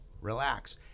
relax